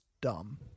dumb